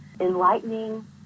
enlightening